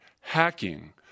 hacking